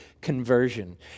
conversion